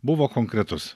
buvo konkretus